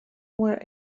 were